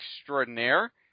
extraordinaire